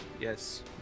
Yes